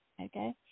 Okay